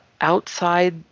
outside